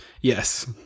Yes